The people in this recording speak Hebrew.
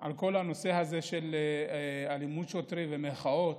על כל הנושא הזה של אלימות שוטרים במחאות,